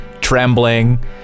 trembling